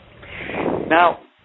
Now